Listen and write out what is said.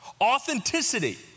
Authenticity